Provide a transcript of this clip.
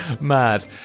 Mad